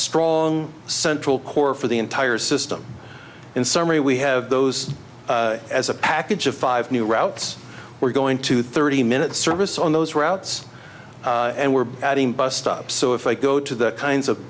strong central core for the entire system in summary we have those as a package of five new routes we're going to thirty minutes service on those routes and we're adding bus stops so if i go to the kinds of